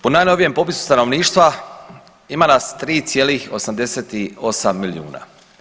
Po najnovijem popisu stanovništva ima nas 3,88 milijuna.